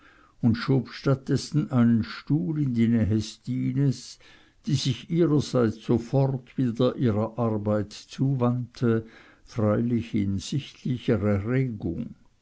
und schob statt dessen einen stuhl in die nähe stines die sich ihrerseits sofort wieder ihrer arbeit zuwandte freilich in sichtlicher erregung